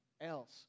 else